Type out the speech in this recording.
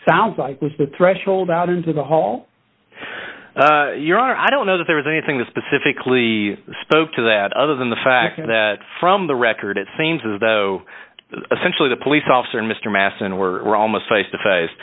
sounds like was the threshold out into the hall your honor i don't know that there was anything that specifically spoke to that other than the fact that from the record it seems as though essentially the police officer and mr masson were almost face to face